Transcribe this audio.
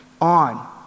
on